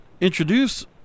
introduce –